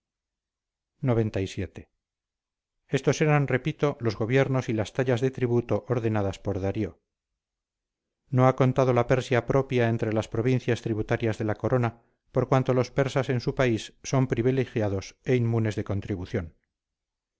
menester xcvii estos eran repito los gobiernos y las tallas de tributo ordenadas por darío no ha contado la persia propia entre las provincias tributarias de la corona por cuanto los persas en su país son privilegiados e inmunes de contribución